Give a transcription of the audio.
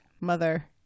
Mother